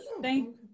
thank